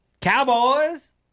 Cowboys